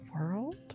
world